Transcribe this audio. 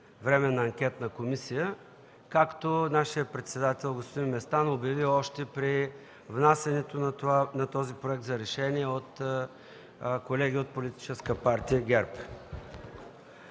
Временна анкетна комисия, както нашият председател господин Местан обяви още при внасянето на Проекта за решение от колеги от Политическа партия ГЕРБ.